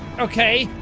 ok,